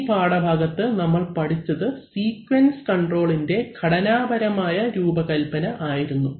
ഈ പാഠഭാഗത്ത് നമ്മൾ പഠിച്ചത് സീക്വൻസ് കൺട്രോളിന്റെ ഘടനാപരമായ രൂപകല്പന ആയിരുന്നു